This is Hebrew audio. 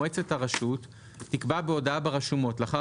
מועצת הרשות תקבע בהודעה ברשומות לאחר